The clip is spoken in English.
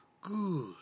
Good